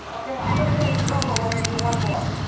okay, i'm gonna get in trouble. we're gonna do one more.